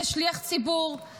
כשליח ציבור -- הסתיים הזמן.